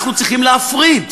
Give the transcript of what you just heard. אנחנו צריכים להפריד,